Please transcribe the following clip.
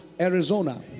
Arizona